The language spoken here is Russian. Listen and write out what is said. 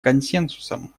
консенсусом